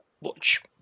watch